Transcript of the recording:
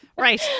Right